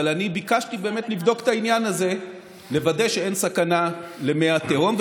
אבל אני ביקשתי לבדוק את העניין הזה ולוודא שאין סכנה למי התהום,